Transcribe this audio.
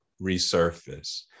resurface